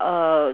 err